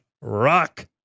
rock